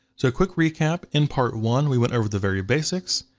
so quick recap, in part one, we went over the very basics.